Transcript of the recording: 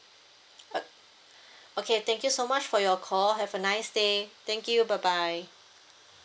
oh okay thank you so much for your call have a nice day thank you bye bye